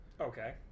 okay